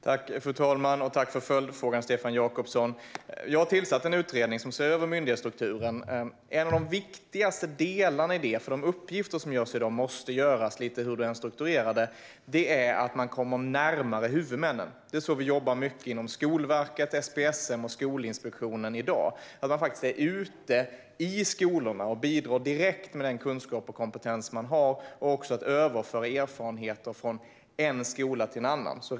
Fru talman! Tack för följdfrågan, Stefan Jakobsson! Jag har tillsatt en utredning som ska se över myndighetsstrukturen. En av de viktigaste delarna där, även om de uppgifter som utförs i dag måste utföras hur myndighetsstrukturen än ser ut, är att man kommer närmare huvudmännen. Det är så man jobbar mycket inom Skolverket, SPSM och Skolinspektionen i dag. Man är ute i skolorna och bidrar direkt med kunskap och kompetens och överför erfarenheter från en skola till en annan.